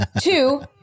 Two